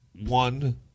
one